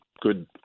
good